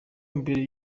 mbere